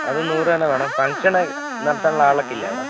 അത് നൂറ് തന്നേ വേണം ഫംഗ്ഷൻ നടത്താനുള്ള ഹാൾ ഒക്കെയില്ലേ അവിടെ